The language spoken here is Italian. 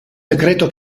decreto